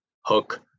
hook